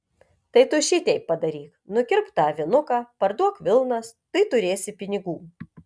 tai tu šiteip padaryk nukirpk tą avinuką parduok vilnas tai turėsi pinigų